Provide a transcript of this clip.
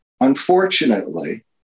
Unfortunately